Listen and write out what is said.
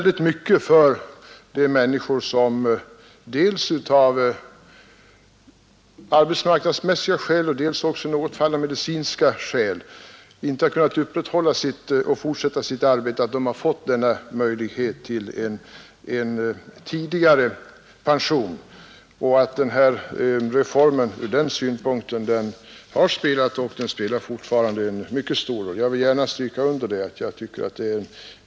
För de människor som dels av arbetsmarknadsmässiga, dels ibland av medicinska orsaker inte kunnat fortsätta sitt arbete har det betytt väldigt mycket att de har fått denna möjlighet till tidigare pension. Reformen har alltså spelat och spelar fortfarande en mycket stor roll. Jag vill gärna stryka under det.